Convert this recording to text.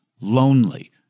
lonely